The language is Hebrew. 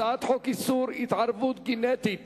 הצעת חוק איסור התערבות גנטית